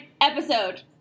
episode